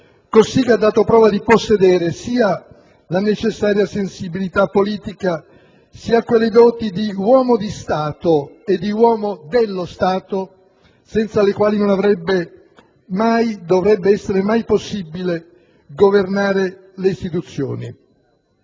Cossiga ha dato prova di possedere sia la necessaria sensibilità politica sia quelle doti di uomo di Stato e di uomo dello Stato senza le quali mai dovrebbe essere possibile governare le istituzioni.